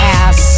ass